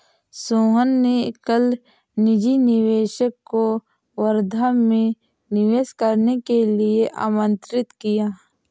सोहन ने कल निजी निवेशक को वर्धा में निवेश करने के लिए आमंत्रित किया